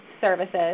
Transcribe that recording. services